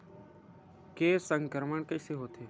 के संक्रमण कइसे होथे?